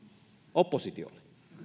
oppositiolle